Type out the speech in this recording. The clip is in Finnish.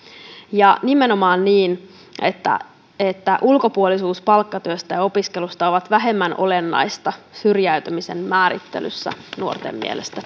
ja nimenomaan on niin että että ulkopuolisuus palkkatyöstä ja opiskelusta on vähemmän olennaista syrjäytymisen määrittelyssä nuorten mielestä